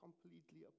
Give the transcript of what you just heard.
completely